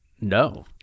no